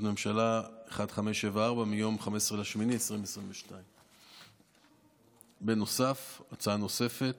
החלטת ממשלה 1574 מיום 15 באוגוסט 2022. הצעה נוספת